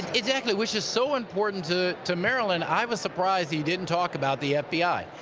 exactly. which is so important to to maryland. i was surprised he didn't talk about the fbi.